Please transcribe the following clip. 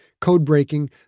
code-breaking